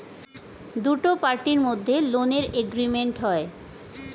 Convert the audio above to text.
দুটো পার্টির মধ্যে লোনের এগ্রিমেন্ট হয়